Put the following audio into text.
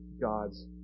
God's